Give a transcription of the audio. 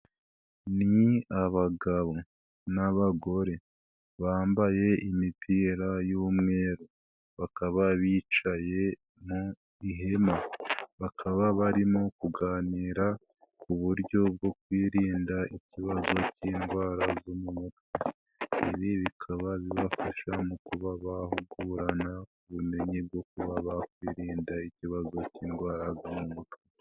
Ni abagabo n'abagore bambaye imipira y'umweru, bakaba bicaye mu ihema. Bakaba barimo kuganira ku buryo bwo kwirinda ibibazo by'indwara zo mu mutwe. Ibi bikaba bibafasha mu kuba bahugurana ubumenyi bwo kuba bakwirinda ikibazo cy'indwara zo mu mutwe.